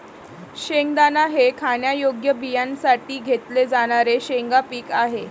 शेंगदाणा हे खाण्यायोग्य बियाण्यांसाठी घेतले जाणारे शेंगा पीक आहे